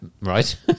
Right